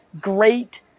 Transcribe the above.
great